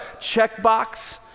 checkbox